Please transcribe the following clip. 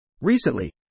Recently